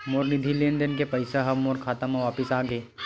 मोर निधि लेन देन के पैसा हा मोर खाता मा वापिस आ गे